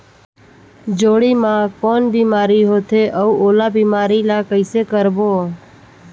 जोणी मा कौन बीमारी होथे अउ ओला बीमारी ला कइसे रोकबो?